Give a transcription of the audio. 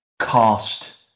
cast